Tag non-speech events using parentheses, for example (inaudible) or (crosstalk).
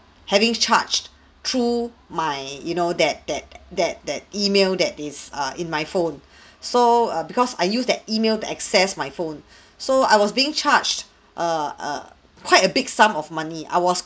having charged through my you know that that that that email that it's err in my phone (breath) so uh because I use that email to access my phone (breath) so I was being charged err err quite a big sum of money I was